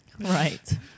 Right